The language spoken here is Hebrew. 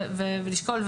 לשקול אותם,